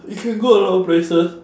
you can go a lot of places